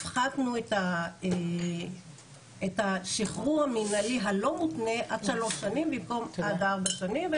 הפחתנו את השחרור המנהלי הלא מותנה עד שלוש שנים במקום עד ארבע שנים.